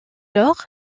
lors